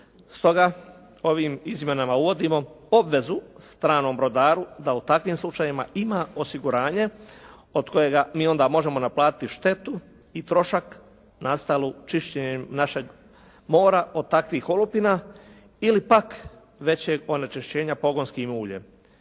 Stoga, ovim izmjenama uvodimo obvezu stranom brodaru da u takvim slučajevima ima osiguranje od kojega mi onda možemo naplatiti štetu i trošak nastalu čišćenjem našeg mora od takvih olupina ili pak većeg onečišćenja pogonskim uljem.